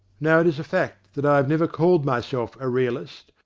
now it is a fact that i have never called myself a realist,